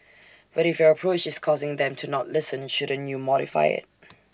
but if your approach is causing them to not listen shouldn't you modify IT